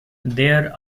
there